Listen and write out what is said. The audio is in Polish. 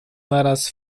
naraz